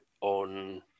on